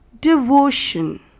devotion